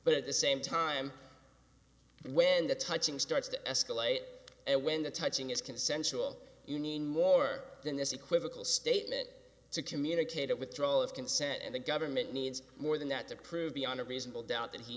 but at the same time when the touching starts to escalate when the touching is consensual you need more than this equivocal statement to communicate it withdrawal of consent and the government needs more than that to prove beyond a reasonable doubt that he